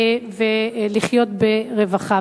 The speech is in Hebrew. ולחיות ברווחה.